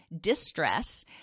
distress